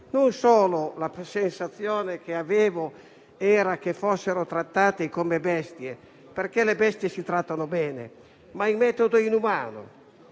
e la sensazione che avevo era che fossero trattati non come bestie (perché le bestie si trattano bene), ma in modo inumano.